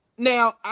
Now